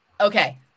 Okay